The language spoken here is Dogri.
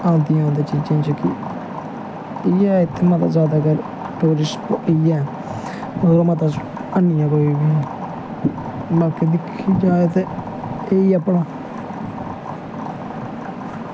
औंदियां उद्धर चीजां जेह्कियां इ'यां इत्थै मता जैदा टूरिस्ट इ'यै ऐ होर मता है निं ऐ कोई बाकी दिक्खेआ जाए ते ओही अपना